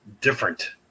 different